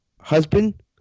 husband